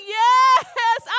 yes